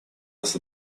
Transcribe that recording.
нас